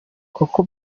coco